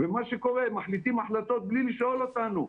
ומה שקורה זה שמחליטים החלטות בלי לשאול אותנו,